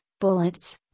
bullets